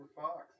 fox